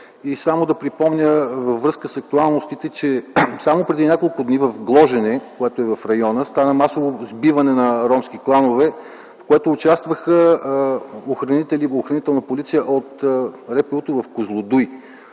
Само да припомня във връзка с актуалностите, че само преди няколко дни в Гложене, което е в района, стана масово сбиване на ромски кланове, в което участва Охранителна полиция от РПУ в Козлодуй.